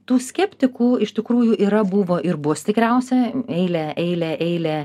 tų skeptikų iš tikrųjų yra buvo ir bus tikriausia eilę eilę eilę